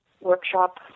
workshop